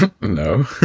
No